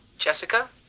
jessica.